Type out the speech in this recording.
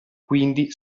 quindi